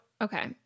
Okay